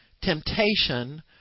temptation